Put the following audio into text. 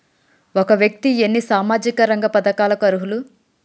ఒక వ్యక్తి ఎన్ని సామాజిక రంగ పథకాలకు అర్హులు?